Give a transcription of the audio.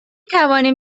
توانیم